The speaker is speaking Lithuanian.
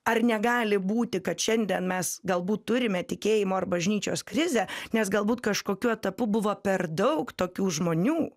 ar negali būti kad šiandien mes galbūt turime tikėjimo ar bažnyčios krizę nes galbūt kažkokiu etapu buvo per daug tokių žmonių